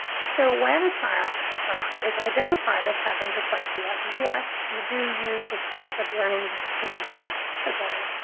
so when a child is identified as having dyslexia, yes, you do use the specific learning disability category,